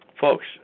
folks